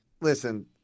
Listen